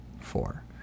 four